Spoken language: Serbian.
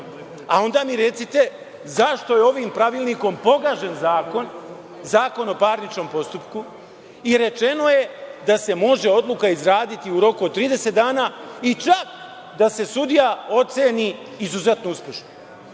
Onda mi recite zašto je ovim pravilnikom pogažen Zakon o parničnom postupku i rečeno je da se može odluka izraditi u roku od 30 dana i čak da se sudija oceni izuzetno uspešno? Znači,